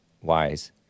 wise